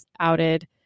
outed